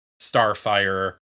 Starfire